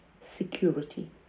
security